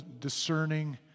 discerning